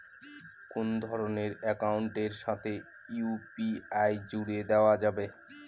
কোন ধরণের অ্যাকাউন্টের সাথে ইউ.পি.আই জুড়ে দেওয়া যাবে?